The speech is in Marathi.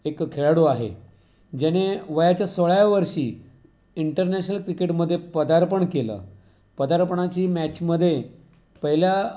एक खेळाडू आहे ज्याने वयाच्या सोळाव्या वर्षी इंटरनॅशनल क्रिकेटमध्ये पदार्पण केलं पदार्पणाची मॅचमध्ये पहिल्या